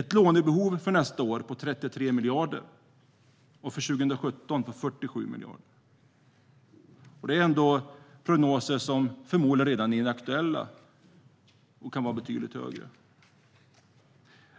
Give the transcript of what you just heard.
ett lånebehov för nästa år på 33 miljarder och för 2017 på 47 miljarder. Denna prognos var senarelagd eftersom man inväntade Migrationsverkets prognoser. Det är en prognos som förmodligen redan är inaktuell. Det kan handla om betydligt större belopp.